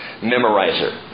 memorizer